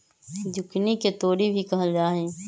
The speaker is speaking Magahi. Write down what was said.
जुकिनी के तोरी भी कहल जाहई